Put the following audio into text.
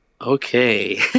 Okay